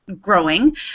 growing